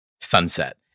sunset